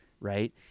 Right